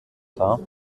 dar